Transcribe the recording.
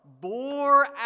bore